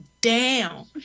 down